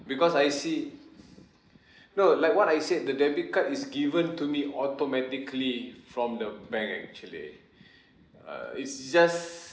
because I see no like what I said the debit card is given to me automatically from the bank actually uh it's just